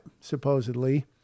supposedly